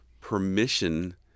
permission